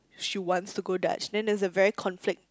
she wants to go Dutch then there's a very conflict